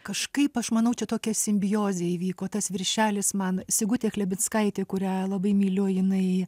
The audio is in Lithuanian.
kažkaip aš manau čia tokia simbiozė įvyko tas viršelis man sigutė chlebinskaitė kurią labai myliu jinai